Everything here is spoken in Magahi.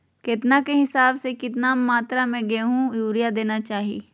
केतना के हिसाब से, कितना मात्रा में गेहूं में यूरिया देना चाही?